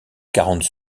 quarante